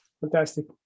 Fantastic